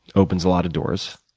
opens a lot of doors,